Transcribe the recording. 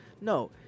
No